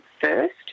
first